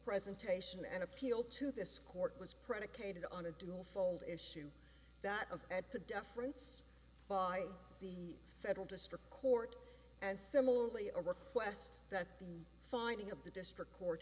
presentation an appeal to this court was predicated on a dual fold issue that of at the deference by the federal district court and similarly a request that the finding of the district court